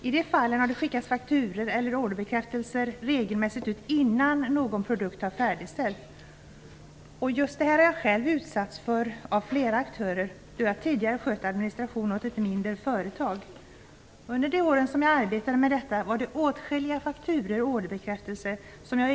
I de fallen har det regelmässigt skickats ut fakturor eller orderbekräftelser innan någon produkt har färdigställts. Just detta har jag själv utsatts för av flera aktörer, då jag tidigare skött administrationen åt ett mindre företag. Under de år jag arbetade med detta erhöll jag åtskilliga fakturor och orderbekräftelser.